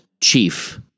Chief